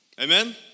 Amen